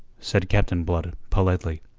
said captain blood politely.